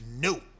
no